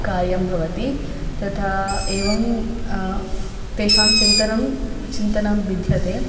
कार्यं भवति तथा एवं तेषां चिन्तनं चिन्तनं भिद्यते